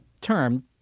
term